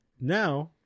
Now